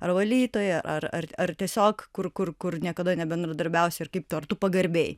ar valytoja ar ar tiesiog kur kur kur niekada nebendradarbiausi ir kaip tu ar tu pagarbiai